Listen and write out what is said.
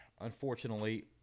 unfortunately